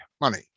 money